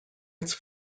its